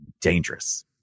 dangerous